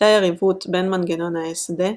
הייתה יריבות בין מנגנון האס-דה,